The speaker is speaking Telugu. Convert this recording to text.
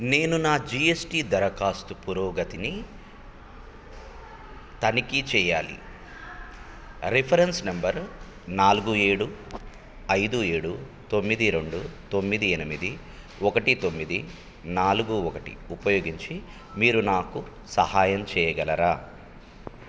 నేను నా జీఎస్టీ దరఖాస్తు పురోగతిని తనిఖీ చేయాలి రిఫరెన్స్ నెంబర్ నాలుగు ఏడు ఐదు ఏడు తొమ్మిది రెండు తొమ్మిది ఎనిమిది ఒకటి తొమ్మిది నాలుగు ఒకటి ఉపయోగించి మీరు నాకు సహాయం చేయగలరా